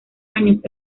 años